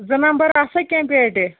زٕ نمبر آسا کیٚنٛہہ پیٹہِ